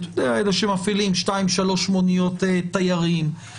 אלה שמפעילים שתיים-שלוש מוניות תיירים,